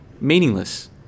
meaningless